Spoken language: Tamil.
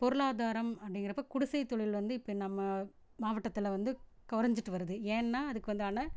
பொருளாதாரம் அப்படிங்கிறப்ப குடிசைத் தொழில் வந்து இப்போ நம்ம மாவட்டத்தில் வந்து குறஞ்சிட்டு வருது ஏன்னா அதுக்கு வந்தான